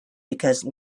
because